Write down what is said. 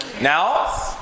Now